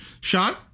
Sean